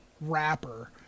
rapper